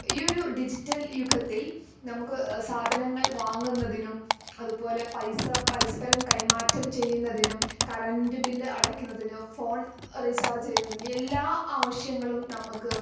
ഈ ഒരു ഡിജിറ്റൽ യുഗത്തിൽ നമുക്ക് സാധനങ്ങൾ വാങ്ങുന്നതിനും അതു പോലെ പൈസ പരസ്പരം കൈമാറ്റം ചെയ്യുന്നതിനും കറൻറ്റ് ബില്ല് അടക്കുന്നതിന് ഫോൺ റീചാർജ് ചെയ്യുന്നതിന് എല്ലാ ആവിശ്യങ്ങളും നമ്മൾക്ക്